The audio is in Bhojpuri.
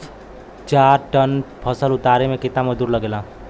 चार टन फसल उतारे में कितना मजदूरी लागेला?